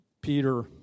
Peter